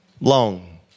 long